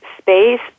space